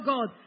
God